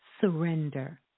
surrender